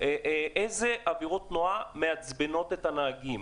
איזה עבירות תנועה מעצבנות את הנהגים,